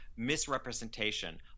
misrepresentation